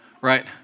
Right